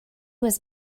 was